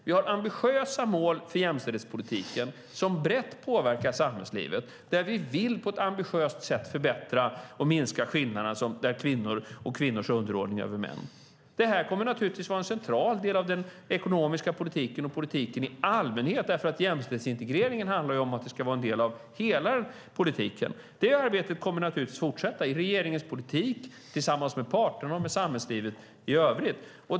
Vi har ambitiösa mål för jämställdhetspolitiken som brett påverkar samhällslivet och där vi på ett ambitiöst sätt vill minska skillnaderna och kvinnors underordning i förhållande till män. Det här kommer naturligtvis att vara en central del av den ekonomiska politiken och politiken i allmänhet eftersom jämställdhetsintegreringen ju handlar om att det ska vara en del av hela politiken. Det arbetet kommer naturligtvis att fortsätta i regeringens politik, tillsammans med parterna och med samhällslivet i övrigt.